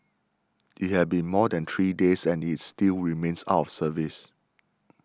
it has been more than three days and is still remains out of service